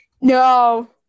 No